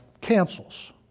cancels